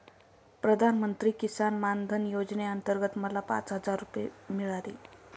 प्रधानमंत्री किसान मान धन योजनेअंतर्गत मला पाच हजार रुपये मिळाले